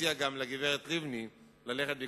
ומציע גם לגברת לבני ללכת בעקבותיו.